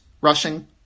rushing